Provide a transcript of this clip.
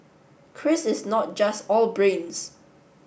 Chris is not just all brains